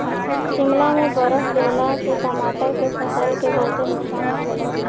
शिमला में बरफ गिरला से टमाटर के फसल के बहुते नुकसान होखेला